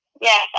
Yes